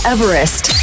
Everest